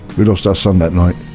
we lost our son that night.